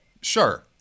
Sure